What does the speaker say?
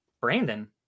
Brandon